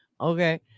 Okay